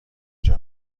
کجا